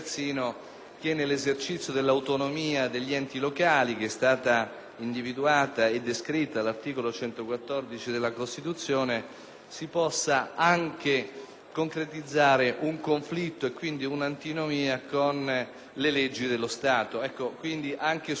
individuata e descritta all'articolo 114 della Costituzione, si possa anche concretizzare un conflitto e quindi un'antinomia con le leggi dello Stato. Anche su questo terreno dovremo individuare un particolare